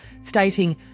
stating